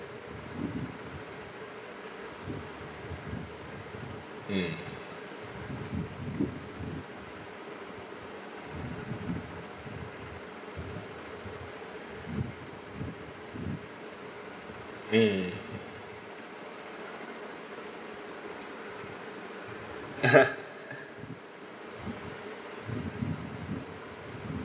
mm mm